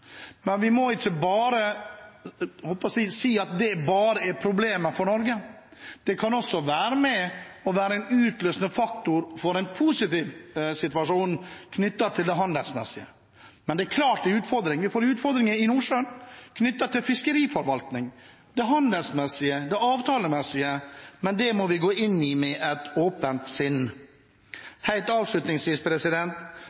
men vi må ikke si at det er bare problemer for Norge. Det kan også være en utløsende faktor for en positiv situasjon knyttet til handel. Men det er klart det er utfordringer. Vi får utfordringer i Nordsjøen knyttet til fiskeriforvaltning, handel og avtaler, men det må vi gå inn i med et åpent